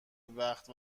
وقت